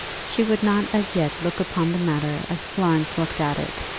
she would not as yet look upon the matter as florence looked at it,